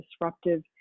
disruptive